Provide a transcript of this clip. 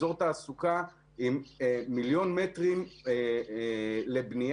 אזור תעסוקה עם מיליון מטרים לבנייה